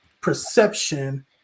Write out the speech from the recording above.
perception